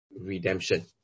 redemption